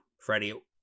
Freddie